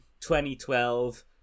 2012